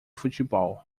futebol